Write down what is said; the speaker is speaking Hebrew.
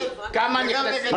אמיתית, כמה נכנסים מכל סיעה?